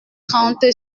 trente